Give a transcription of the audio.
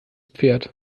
pferd